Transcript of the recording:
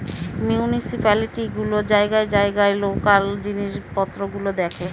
municipality গুলো জায়গায় জায়গায় লোকাল জিনিস পত্র গুলো দেখে